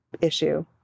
issue